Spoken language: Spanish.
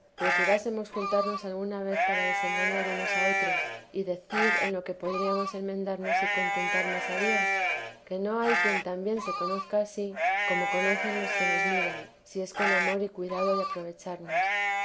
procurásemos juntarnos alguna vez para desengañar unos a otros y decir en lo que podríamos enmendarnos y contentar más a dios que no hay quien tan bien se conozca a sí como conocen los que nos miran si es con amor y cuidado de aprovecharnos